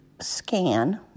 scan